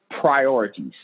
priorities